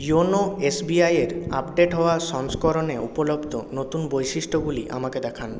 YONO S B আইয়ের update হওয়া সংস্করণে উপলব্ধ নতুন বৈশিষ্ট্যগুলি আমাকে দেখান